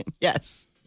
Yes